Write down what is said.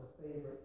favorite